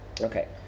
Okay